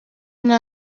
nta